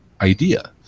idea